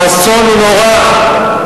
האסון הוא נורא.